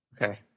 Okay